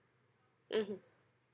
mmhmm